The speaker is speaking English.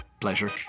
Pleasure